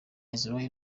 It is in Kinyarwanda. israel